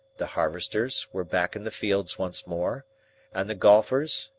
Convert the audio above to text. the harvesters were back in the fields once more and the golfers,